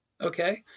Okay